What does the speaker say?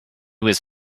was